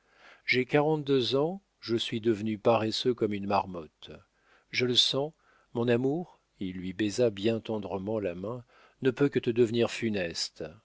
j'ai quarante-deux ans je suis devenu paresseux comme une marmotte je le sens mon amour il lui baisa bien tendrement la main ne peut que te devenir funeste